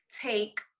take